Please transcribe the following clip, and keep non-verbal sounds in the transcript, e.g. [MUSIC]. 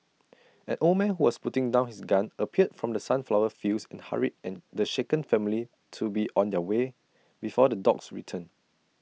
[NOISE] an old man who was putting down his gun appeared from the sunflower fields and hurried and the shaken family to be on their way before the dogs return